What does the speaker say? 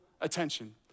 attention